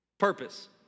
Purpose